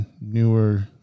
newer